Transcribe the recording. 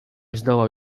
zdołał